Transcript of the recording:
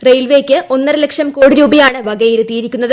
റെയിൽവേയ്ക്ക് ഒന്നരലക്ഷം കോടി രൂപയാണ് വകയിരുത്തിയിരിക്കുന്നത്